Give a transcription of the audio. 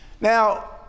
Now